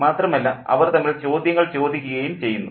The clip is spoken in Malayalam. മാത്രമല്ല അവർ തമ്മിൽ ചോദ്യങ്ങൾ ചോദിക്കുകയും ചെയ്യുന്നു